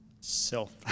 self